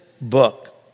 book